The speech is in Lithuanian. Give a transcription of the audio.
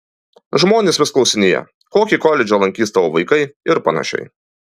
žmonės vis klausinėja kokį koledžą lankys tavo vaikai ir panašiai